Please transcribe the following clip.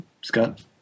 Scott